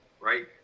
right